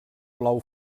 blau